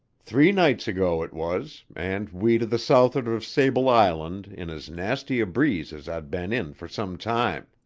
three nights ago it was, and we to the south'ard of sable island in as nasty a breeze as i'd been in for some time.